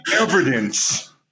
evidence